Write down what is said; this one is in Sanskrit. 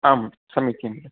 आम् समीचीनं